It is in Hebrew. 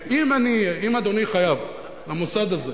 אם אדוני חייב למוסד הזה